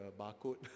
barcode